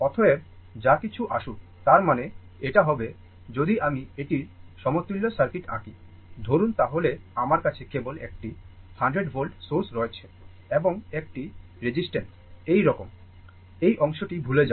অতএব যা কিছু আসুক তার মানে এটা হবে যদি আমি এটির সমতুল্য সার্কিট আঁকি ধরুন তাহলে আমার কাছে কেবল একটি 100 volt সোর্স রয়েছে এবং একটি রেসিস্ট্যান্স এই রকম এই অংশটি ভুলে যান